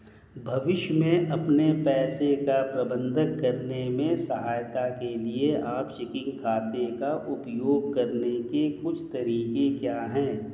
भविष्य में अपने पैसे का प्रबंधन करने में सहायता के लिए आप चेकिंग खाते का उपयोग करने के कुछ तरीके क्या हैं?